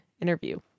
interview